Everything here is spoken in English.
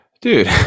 dude